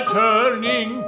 turning